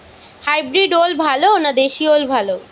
Hybrid ওল ভালো না দেশী ওল ভাল?